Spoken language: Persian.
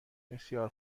بسیار